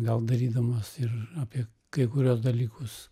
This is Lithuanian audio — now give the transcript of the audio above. gal darydamas ir apie kai kuriuos dalykus